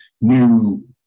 new